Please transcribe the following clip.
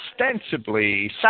Ostensibly